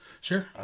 sure